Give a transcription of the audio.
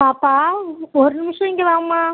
பாப்பா ஒரு நிமிஷம் இங்கே வாம்மா